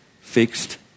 fixed